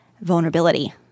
vulnerability